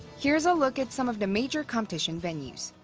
here's a look at some of the major competition venues